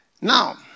Now